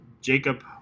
Jacob